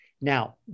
Now